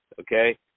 okay